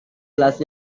kelas